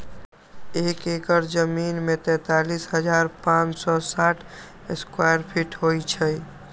एक एकड़ जमीन में तैंतालीस हजार पांच सौ साठ स्क्वायर फीट होई छई